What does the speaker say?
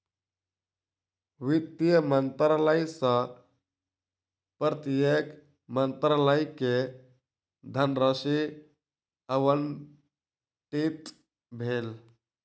वित्त मंत्रालय सॅ प्रत्येक मंत्रालय के धनराशि आवंटित भेल